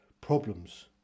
problems